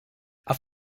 auf